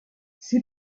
sie